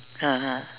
(uh huh)